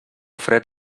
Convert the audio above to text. fred